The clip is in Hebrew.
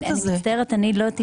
אני מצטערת, אני לא טיפלתי בנושא.